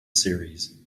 series